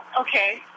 okay